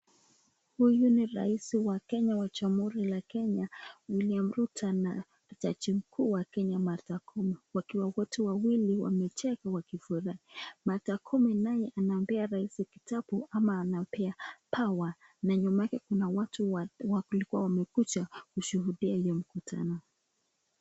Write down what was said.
Huyu ni raisi ya jamuhuri la Kenya William samoe ruto na jaji kuu ya Kenya Martha koume wakiwa wote wawili wakicheka wakifurahai Martha koume amepearaisi kitabuama anapea power na nyuma Kuna watu wamekuja kushuhudia hiyo mkutano.